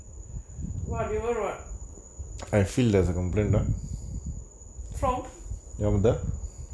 whatever what from